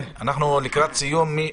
איגור.